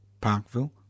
Parkville